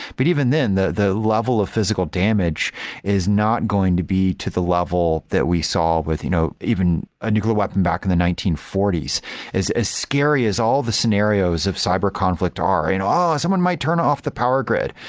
but even then the the level of physical damage is not going to be to the level that we saw with you know even a nuclear weapon back in the nineteen forty so s. as scary as all the scenarios of cyber conflict are, and oh! someone might turn off the power grid,